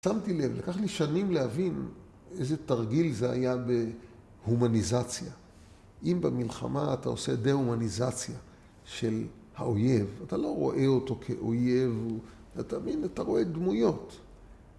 שמתי לב, לקח לי שנים להבין איזה תרגיל זה היה בהומניזציה. אם במלחמה אתה עושה דה-הומניזציה של האויב, אתה לא רואה אותו כאויב, אתה רואה דמויות.